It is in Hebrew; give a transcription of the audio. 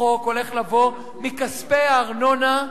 החוק הולך לבוא מכספי הארנונה,